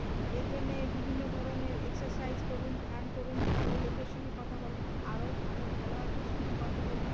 হ্যাঁ এর জন্যে বিভিন্ন ধরনের এক্সারসাইজ করুন ধ্যান করুন ভালো লোকের সঙ্গে কথা বলুন আরও ভালো খেলোয়াড়দের সঙ্গে কথা বলুন